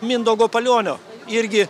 mindaugo palionio irgi